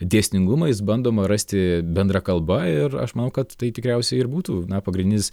dėsningumais bandoma rasti bendra kalba ir aš manau kad tai tikriausiai ir būtų na pagrindinis